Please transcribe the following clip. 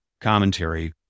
commentary